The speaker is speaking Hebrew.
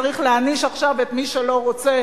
צריך להעניש עכשיו את מי שלא רוצה